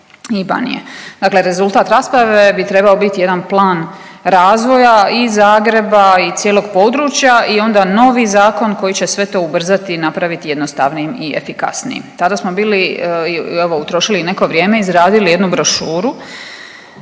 Banije. Dakle rezultat rasprave bi trebao biti jedan plan razvoja i Zagreba i cijelog područja i onda novi zakon koji će sve to ubrzati i napraviti jednostavnijim i efikasnijim. Tada smo bili evo i utrošili i neko vrijeme i izradili jednu brošuru